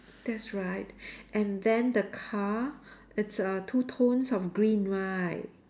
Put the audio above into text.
that's right and then the car it's err two tones of green right